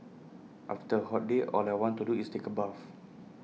after A hot day all I want to do is take A bath